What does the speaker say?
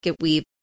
weave